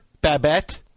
Babette